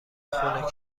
خونه